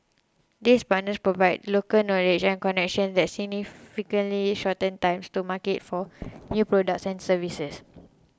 these partners provide local knowledge and connections that significantly shorten times to market for new products and services